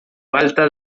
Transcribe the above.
falta